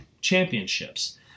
championships